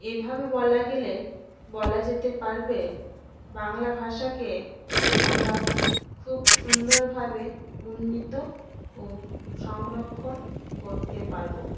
এভাবে বলা গেলে বলা যেতে পারবে বাংলা ভাষাকে আমরা খুব সুন্দরভাবে উন্নীত ও সংরক্ষণ করতে পারবো